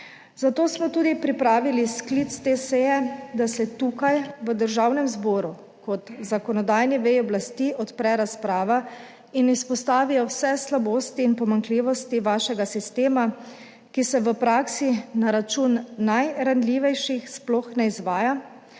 Zato smo tudi pripravili sklic te seje, da se tukaj v Državnem zboru, kot zakonodajni veji oblasti odpre razprava in izpostavijo vse slabosti in pomanjkljivosti vašega sistema, ki se v praksi na račun najranljivejših sploh ne izvaja,